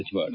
ಸಚಿವ ಡಾ